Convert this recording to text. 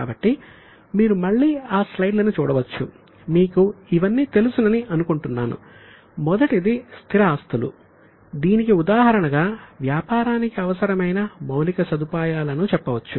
కాబట్టి మీరు మళ్ళీ ఆ స్లైడ్లను చూడవచ్చు మీకు ఇవన్నీ తెలుసని అనుకుంటున్నాను మొదటిది స్థిర ఆస్తులు దీనికి ఉదాహరణగా వ్యాపారానికి అవసరమైన మౌలిక సదుపాయాలను చెప్పవచ్చు